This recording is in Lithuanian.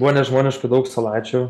buvo nežmoniškai daug salačių